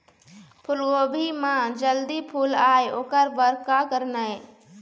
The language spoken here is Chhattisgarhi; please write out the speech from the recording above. फूलगोभी म जल्दी फूल आय ओकर बर का करना ये?